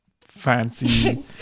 fancy